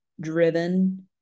driven